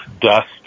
dust